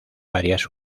varias